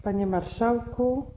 Panie Marszałku!